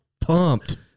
pumped